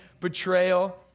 betrayal